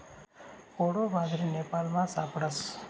कोडो बाजरी नेपालमा सापडस